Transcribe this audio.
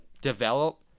develop